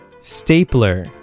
Stapler